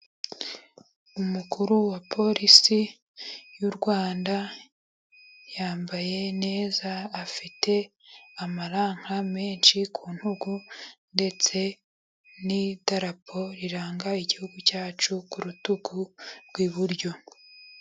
Umukuru wa polisi y'u Rwanda yambaye neza, afite amaranka menshi ku ntugu, ndetse n'idarapo riranga igihugu cyacu ku rutugu rw'iburyo.